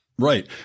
Right